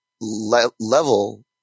level